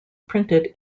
printed